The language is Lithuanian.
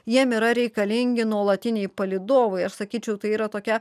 jiems yra reikalingi nuolatiniai palydovai aš sakyčiau tai yra tokia